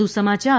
વધુ સમાચાર